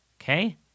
Okay